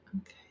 Okay